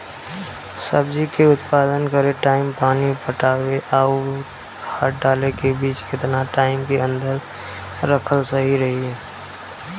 सब्जी के उत्पादन करे टाइम पानी पटावे आउर खाद डाले के बीच केतना टाइम के अंतर रखल सही रही?